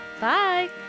bye